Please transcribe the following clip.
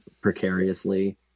precariously